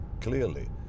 clearly